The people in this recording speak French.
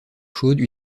chaude